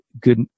Good